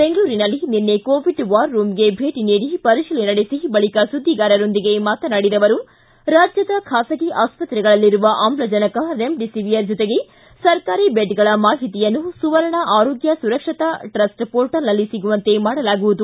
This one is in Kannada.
ಬೆಂಗಳೂರಿನಲ್ಲಿ ನಿನ್ನೆ ಕೋವಿಡ್ ವಾರ್ ರೂಂಗೆ ಭೇಟಿ ನೀಡಿ ಪರಿಶೀಲನೆ ನಡೆಸಿ ಬಳಿಕ ಸುದ್ದಿಗಾರರೊಂದಿಗೆ ಮಾತನಾಡಿದ ಅವರು ರಾಜ್ಯದ ಖಾಸಗಿ ಆಸ್ತ್ರೆಗಳಲ್ಲಿರುವ ಆಮ್ಲಜನಕ ರೆಮಿಡಿಸಿವಿಯರ್ ಜೊತೆಗೆ ಸರಕಾರಿ ಬೆಡ್ಗಳ ಮಾಹಿತಿಯನ್ನು ಸುವರ್ಣ ಆರೋಗ್ತ ಸುರಕ್ಷತಾ ಟ್ರಸ್ಟ್ ಪೋರ್ಟಲ್ನಲ್ಲಿ ಸಿಗುವಂತೆ ಮಾಡಲಾಗುವುದು